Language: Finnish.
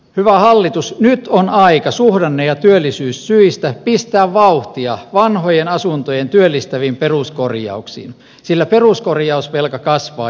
hyvä hallitus nyt on aika suhdanne ja työllisyyssyistä pistää vauhtia vanhojen asuntojen työllistäviin peruskorjauksiin sillä peruskorjausvelka kasvaa joka vuosi